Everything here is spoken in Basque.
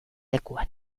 lekuan